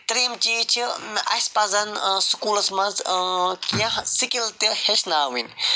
ترٛیٚیِم چیٖز چھِ اَسہِ پَزن سکوٗلس منٛز کیٚنٛہہ سِکِل تہِ ہیٚچھناوٕنۍ